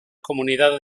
comunidades